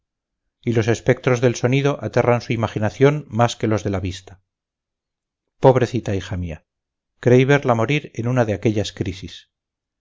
y los espectros del sonido aterran su imaginación más que los de la vista pobrecita hija mía creí verla morir en una de aquellas crisis